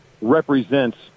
represents